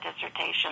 dissertation